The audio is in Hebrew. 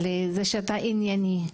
על זה שאתה ענייני,